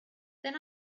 then